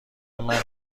منه